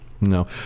No